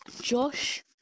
Josh